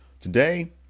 Today